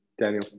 daniel